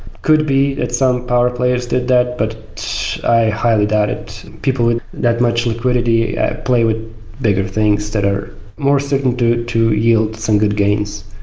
could be if some power players did that, but i highly doubt it. people with that much liquidity play with bigger things that are more certain to to yield some good gains